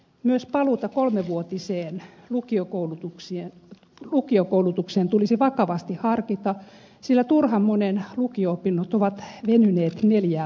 myös paluuta kolmevuotiseen lukiokoulutukseen tulisi vakavasti harkita sillä turhan monen lukio opinnot ovat venyneet neljään vuoteen